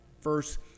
first